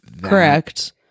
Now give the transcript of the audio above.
correct